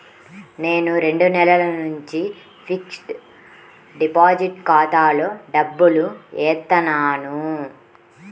నేను రెండు నెలల నుంచి ఫిక్స్డ్ డిపాజిట్ ఖాతాలో డబ్బులు ఏత్తన్నాను